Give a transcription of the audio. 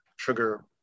sugar